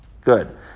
Good